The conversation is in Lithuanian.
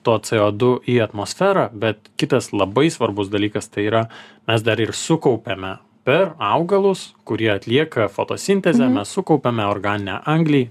to c o du į atmosferą bet kitas labai svarbus dalykas tai yra mes dar ir sukaupiame per augalus kurie atlieka fotosintezę mes sukaupiame organinę anglį